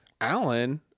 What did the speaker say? Alan